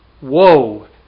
whoa